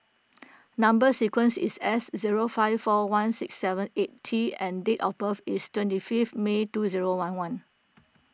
Number Sequence is S zero five four one six seven eight T and date of birth is twenty fifth May two zero one one